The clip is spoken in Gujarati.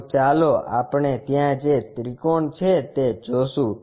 તો આપણે ત્યાં જે ત્રિકોણ છે તે જોશું